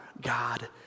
God